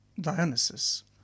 Dionysus